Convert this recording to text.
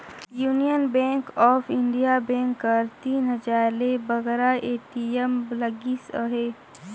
union Bank of India bank कर तीन हजार ले बगरा ए.टी.एम लगिस अहे